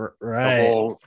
right